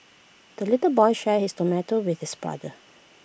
the little boy shared his tomato with his brother